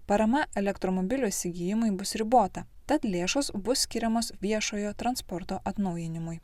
parama elektromobilių įsigijimui bus ribota tad lėšos bus skiriamos viešojo transporto atnaujinimui